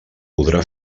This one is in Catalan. podrà